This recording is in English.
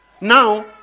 Now